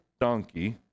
donkey